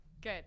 Good